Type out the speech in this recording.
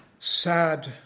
Sad